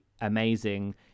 amazing